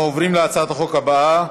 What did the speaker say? אנחנו עוברים להצעת החוק הבאה,